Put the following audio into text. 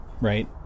right